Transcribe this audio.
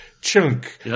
chunk